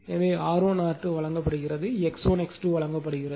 எனவே R1 R2 வழங்கப்படுகிறது X1 X2 வழங்கப்படுகிறது